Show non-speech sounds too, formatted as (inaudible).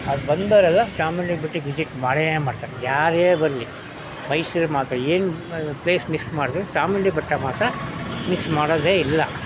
ಅಲ್ಲಿ ಬಂದವರೆಲ್ಲ ಚಾಮುಂಡಿ ಬೆಟ್ಟಕ್ಕೆ ವಿಸಿಟ್ ಮಾಡಿಯೇ ಮಾಡ್ತಾರೆ ಯಾರೇ ಬರಲಿ ಮೈಸೂರಿಗೆ ಮಾತ್ರ ಏನು (unintelligible) ಪ್ಲೇಸ್ ಮಿಸ್ ಮಾಡಿದ್ರು ಚಾಮುಂಡಿ ಬೆಟ್ಟ ಮಾತ್ರ ಮಿಸ್ ಮಾಡೋದೇ ಇಲ್ಲ